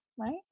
right